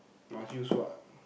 must use what